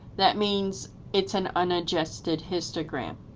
that means it's an unadjusted histogram.